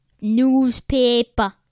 newspaper